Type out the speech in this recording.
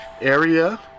Area